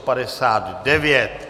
59.